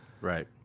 Right